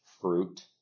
fruit